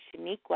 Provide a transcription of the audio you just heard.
Shaniqua